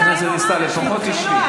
חברת הכנסת דיסטל, לפחות תשבי.